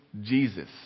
Jesus